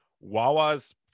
Wawa's